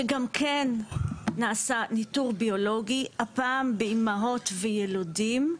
שגם כן נעשה ניטור ביולוגי, הפעם באימהות וילודים,